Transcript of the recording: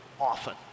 often